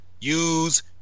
use